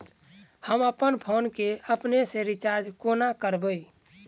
हम अप्पन फोन केँ अपने सँ रिचार्ज कोना करबै?